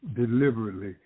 deliberately